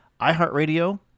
iHeartRadio